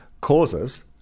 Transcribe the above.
causes